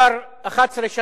באמת, איזה דמגוגיה.